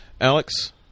Alex